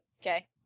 Okay